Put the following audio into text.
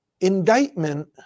indictment